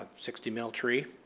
ah sixty mill tree,